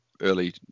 early